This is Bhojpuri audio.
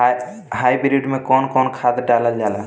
हाईब्रिड में कउन कउन खाद डालल जाला?